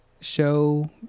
show